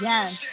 Yes